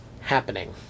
happening